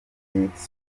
credit